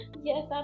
Yes